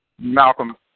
Malcolm